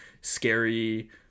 scary